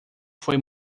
foi